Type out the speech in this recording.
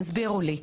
תסבירו לי.